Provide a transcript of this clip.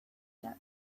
death